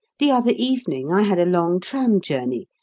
the other evening i had a long tram journey,